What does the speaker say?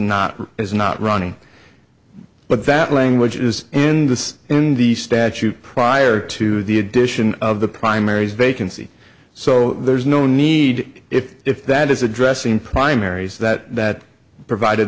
or is not running but that language is in this in the statute prior to the addition of the primaries vacancy so there's no need if that is addressing primaries that that provided